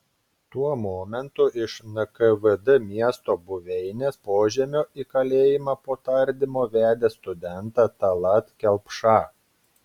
tuo momentu iš nkvd miesto buveinės požemio į kalėjimą po tardymo vedė studentą tallat kelpšą